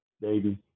baby